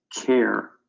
care